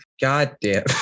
goddamn